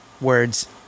words